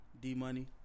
D-Money